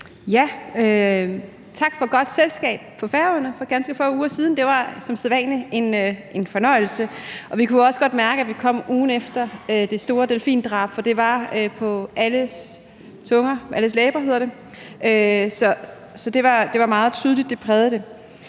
Tak for godt selskab på Færøerne for ganske få uger siden. Det var som sædvanlig en fornøjelse. Vi kunne også godt mærke, at vi kom ugen efter det store delfindrab, for det var på alles læber. Det var meget tydeligt, og det prægede det.